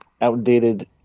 outdated